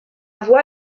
voie